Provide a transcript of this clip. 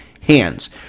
hands